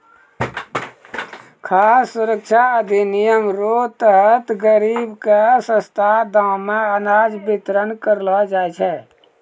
खाद सुरक्षा अधिनियम रो तहत गरीब के सस्ता दाम मे अनाज बितरण करलो जाय छै